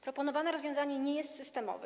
Proponowane rozwiązanie nie jest systemowe.